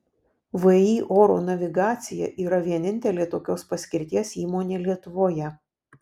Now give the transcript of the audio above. vį oro navigacija yra vienintelė tokios paskirties įmonė lietuvoje